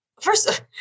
First